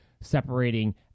separating